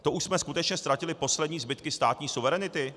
To už jsme skutečně ztratili poslední zbytky státní suverenity?